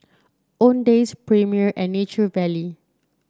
Owndays Premier and Nature Valley